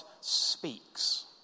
speaks